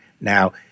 Now